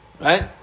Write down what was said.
Right